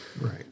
Right